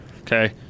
okay